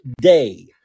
day